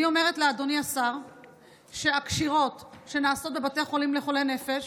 אני אומרת לאדוני השר שהקשירות שנעשות בבתי חולים לחולי נפש